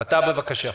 אתה, בבקשה.